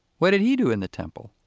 what did he do in the temple?